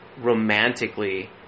romantically